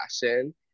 fashion